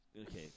Okay